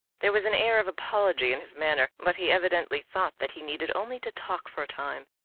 there was an air of apology in his manner, but he evidently thought that he needed only to talk for a time,